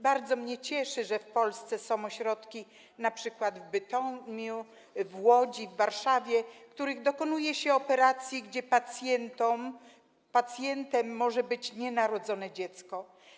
Bardzo mnie cieszy, że w Polsce są ośrodki, np. w Bytomiu, w Łodzi, w Warszawie, w których dokonuje się operacji, gdzie pacjentem może być nienarodzone dziecko.